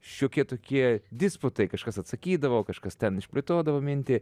šiokie tokie disputai kažkas atsakydavo kažkas ten išplėtodavo mintį